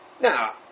Now